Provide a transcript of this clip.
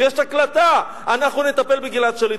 יש הקלטה: אנחנו נטפל בגלעד שליט.